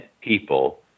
people